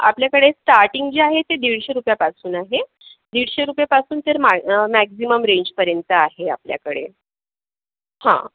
आपल्याकडे स्टार्टिंग जे आहे ते दीडशे रुपयापासून आहे दीडशे रुपयेपासून ते मा मॅक्झिमम रेंजपर्यंत आहे आपल्याकडे हं